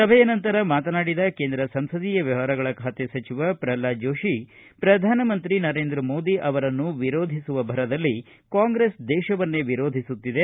ಸಭೆಯ ನಂತರ ಮಾತನಾಡಿದ ಕೇಂದ್ರ ಸಂಸದೀಯ ವ್ಯವಹಾರಗಳ ಖಾತೆ ಸಚಿವ ಪ್ರಲ್ವಾದ ಜೋಶಿ ಪ್ರಧಾನಮಂತ್ರಿ ನರೇಂದ್ರ ಮೋದಿ ಅವರನ್ನು ವಿರೋಧಿಸುವ ಭರದಲ್ಲಿ ಕಾಂಗ್ರೆಸ್ ದೇಶವನ್ನೇ ವಿರೋಧಿಸುತ್ತಿದೆ